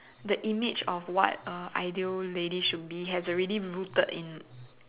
the image of what a ideal ladies should be has already been rooted in